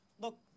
Look